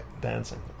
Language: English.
dancing